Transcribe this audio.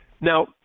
Now